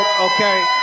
Okay